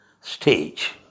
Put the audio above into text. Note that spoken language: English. stage